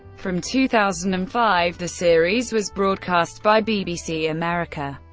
from two thousand and five the series was broadcast by bbc america.